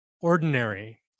ordinary